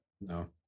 no